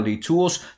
tools